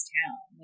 town